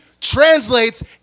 translates